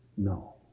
No